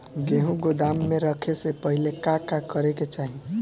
गेहु गोदाम मे रखे से पहिले का का करे के चाही?